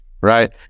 right